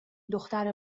دختر